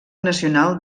nacional